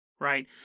Right